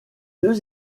deux